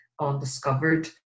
undiscovered